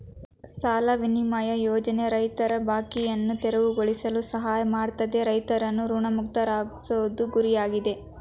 ಸಾಲ ವಿನಿಮಯ ಯೋಜನೆ ರೈತರ ಬಾಕಿಯನ್ನು ತೆರವುಗೊಳಿಸಲು ಸಹಾಯ ಮಾಡ್ತದೆ ರೈತರನ್ನು ಋಣಮುಕ್ತರಾಗ್ಸೋದು ಗುರಿಯಾಗಿದೆ